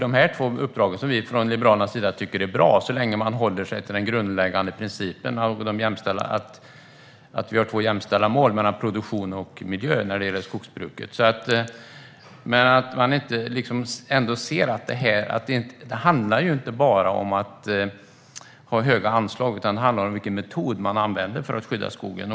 De här två uppdragen tycker vi från Liberalernas sida är bra så länge man håller sig till den grundläggande principen att vi har två jämställda mål mellan produktion och miljö när det gäller skogsbruket. Ser inte Matilda Ernkrans att det inte bara handlar om att ha höga anslag utan om vilken metod man använder för att skydda skogen?